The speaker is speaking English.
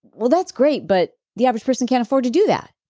well that's great but the average person can't afford to do that.